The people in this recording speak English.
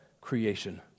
creation